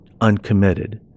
uncommitted